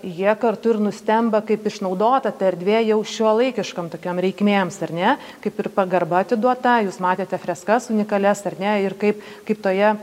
jie kartu ir nustemba kaip išnaudota ta erdvė jau šiuolaikiškom tokiom reikmėms ar ne kaip ir pagarba atiduota jūs matėte freskas unikalias ar ne ir kaip kaip toje